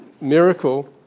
miracle